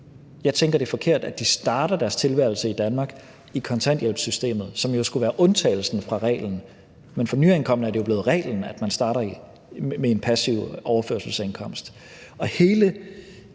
Jeg tænker, det er forkert, at de starter deres tilværelse i Danmark i kontanthjælpssystemet, som skulle være undtagelsen fra reglen. Men for nyankomne er det jo blevet reglen, at man starter med en passiv overførselsindkomst.